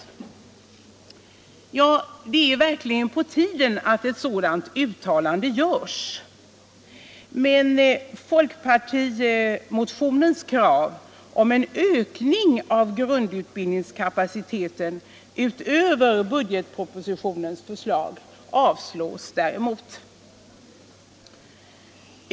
Ja, det är verkligen på tiden att ett sådant uttalande görs. Men folkpartimotionens krav på en ökning. av grundutbildningskapaciteten utöver budgetpropositionens förslag avstyrks i alla fall.